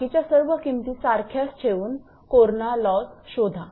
बाकीच्या सर्व किमती सारख्याच ठेवून कोरणा लॉस शोधा त्याची तुलना करा